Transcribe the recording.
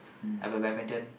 I have a badminton